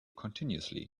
continuously